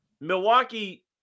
Milwaukee